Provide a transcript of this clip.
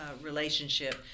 relationship